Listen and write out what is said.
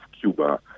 Cuba